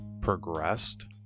progressed